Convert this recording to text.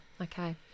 Okay